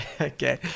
Okay